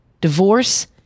Divorce